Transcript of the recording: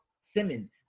Simmons